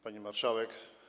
Pani Marszałek!